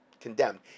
condemned